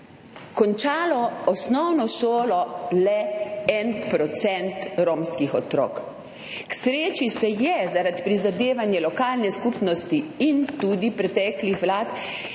končal osnovno šolo le 1 % romskih otrok. K sreči se je zaradi prizadevanja lokalne skupnosti in tudi preteklih vlad